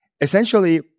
essentially